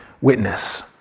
witness